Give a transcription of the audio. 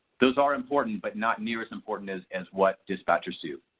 those are important, but not nearly as important as as what dispatchers do.